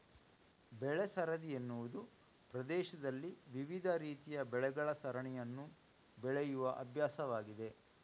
ಬೆಳೆ ಸರದಿ ಎನ್ನುವುದು ಪ್ರದೇಶದಲ್ಲಿ ವಿವಿಧ ರೀತಿಯ ಬೆಳೆಗಳ ಸರಣಿಯನ್ನು ಬೆಳೆಯುವ ಅಭ್ಯಾಸವಾಗಿದೆ